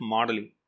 Modeling